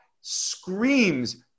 screams